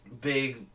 big